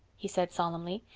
he said solemnly,